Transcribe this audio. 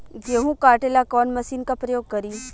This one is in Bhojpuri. गेहूं काटे ला कवन मशीन का प्रयोग करी?